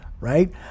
right